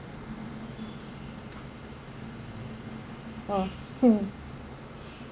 orh mm